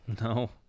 No